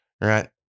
right